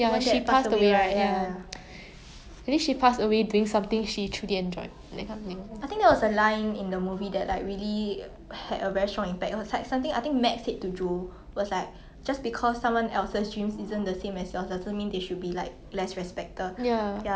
mm mm yeah